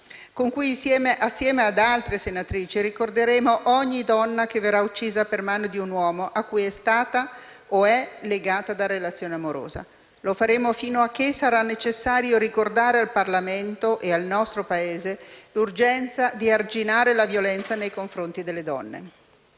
con cui, assieme ad altre senatrici, ricorderemo ogni donna che verrà uccisa per mano di un uomo a cui è o è stata legata da relazione amorosa. Lo faremo fino a che sarà necessario ricordare al Parlamento e al nostro Paese l'urgenza di arginare la violenza nei confronti delle donne.